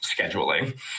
scheduling